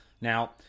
Now